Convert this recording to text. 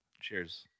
Cheers